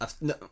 No